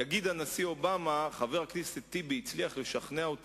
יגיד הנשיא אובמה שחבר הכנסת טיבי הצליח לשכנע אותו